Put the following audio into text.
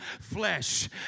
flesh